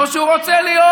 או שהוא רוצה להיות